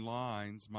lines